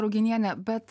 ruginiene bet